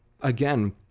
again